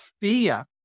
fear